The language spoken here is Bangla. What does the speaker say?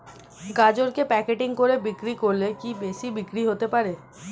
গাজরকে প্যাকেটিং করে বিক্রি করলে কি বেশি বিক্রি হতে পারে?